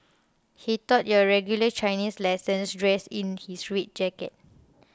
he taught your regular Chinese lessons dressed in his red jacket